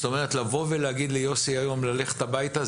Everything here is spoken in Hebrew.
לבוא ולהגיד היום ליוסי ללכת הביתה,